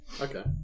Okay